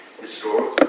historical